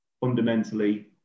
fundamentally